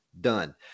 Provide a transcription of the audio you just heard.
done